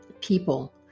people